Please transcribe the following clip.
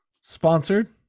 Sponsored